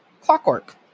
Clockwork